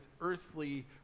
earthly